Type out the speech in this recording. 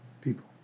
people